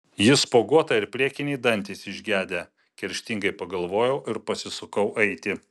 ji spuoguota ir priekiniai dantys išgedę kerštingai pagalvojau ir pasisukau eiti